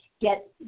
get